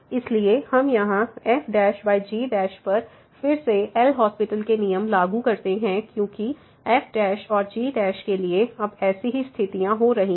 इसलिए हम यहां fg पर फिर से एल हास्पिटल LHospital के नियम लागू करते हैं क्योंकि f और g केलिए अब ऐसी ही स्थितियाँ हो रही हैं